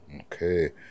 Okay